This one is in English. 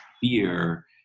fear